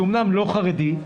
שאמנם לא חרדי,